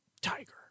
Tiger